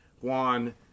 juan